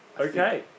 Okay